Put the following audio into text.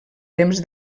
temps